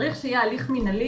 צריך שיהיה הליך מנהלי,